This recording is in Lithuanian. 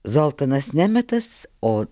zoltanas nemetas o